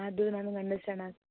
ಅದೂ ನಮಗೆ ಅಂಡರ್ಸ್ಟಾಂಡ್ ಆತು